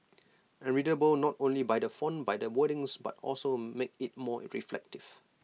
and readable not only by the font by the wordings but also make IT more reflective